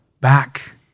back